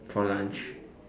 for lunch